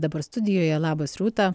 dabar studijoje labas rūta